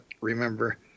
remember